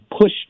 push